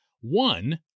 One